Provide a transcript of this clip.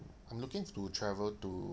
I'm looking to travel to